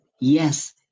Yes